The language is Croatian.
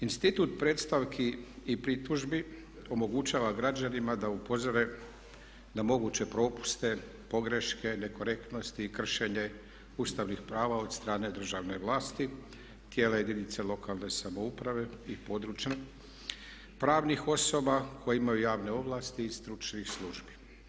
Institut predstavki i pritužbi omogućava građanima da upozore na moguće propuste, pogreške, nekorektnosti i kršenje ustavnih prava od strane državne vlasti, tijela jedinice lokalne samouprave i područja pravnih osoba koje imaju javne ovlasti i stručnih službi.